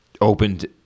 opened